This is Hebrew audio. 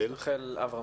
הזה.